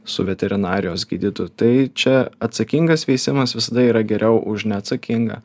su veterinarijos gydytoju tai čia atsakingas veisimas visada yra geriau už neatsakingą